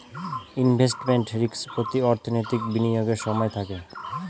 investment risk প্রতি অর্থনৈতিক বিনিয়োগের সময় থাকে